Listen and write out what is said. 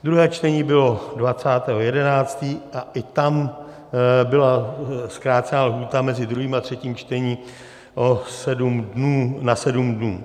Druhé čtení bylo 20. 11. a i tam byla zkrácena lhůta mezi druhým a třetím čtením o sedm dnů na sedm dnů.